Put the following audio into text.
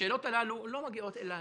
השאלות הללו לא מגיעות אלי.